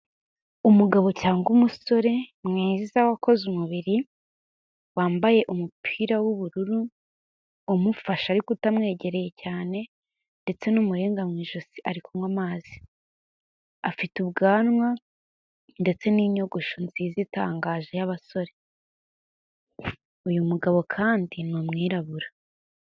Umugabo cyangwa umusore mwiza wakoze umubiri, wambaye umupira w'ubururu, umufasha ariko utamwegereye cyane, ndetse n'umuringa mu ijosi, ari kunywa amazi. Afite ubwanwa, ndetse n'inyogosho nziza itangaje y'abasore. Uyu mugabo kandi ni umwirabura.